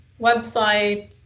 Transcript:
website